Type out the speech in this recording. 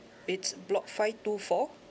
it's block five two four